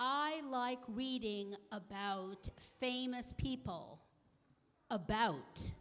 i like reading about famous people about